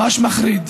ממש מחריד.